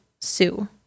Sue